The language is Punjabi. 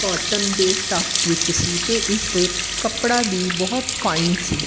ਕੋਟਨ ਦੇ ਸਟਫ ਵਿੱਚ ਸੀ ਅਤੇ ਇਸ 'ਤੇ ਕੱਪੜਾ ਵੀ ਬਹੁਤ ਫਾਈਨ ਸੀ